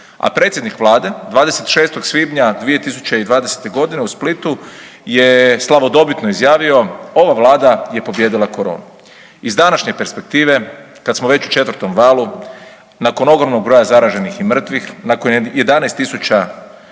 A predsjednik vlade 26. svibnja 2020.g. u Splitu je slavodobitno izjavio ova vlada je pobijedila koronu. Iz današnje perspektive kad smo već u 4. valu nakon ogromnog broja zaraženih i mrtvih, nakon 11